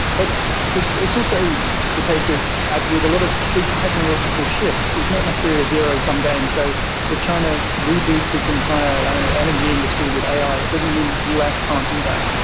but it's also the case that as with a lot of big technological shifts, it's not necessarily a zero sum game. so if china reboots its entire energy industry with ai, it doesn't mean that the us can't do that.